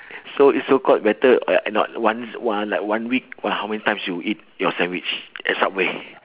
so it so called better like not once one like one week !wah! how many times you eat your sandwich at subway